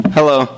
Hello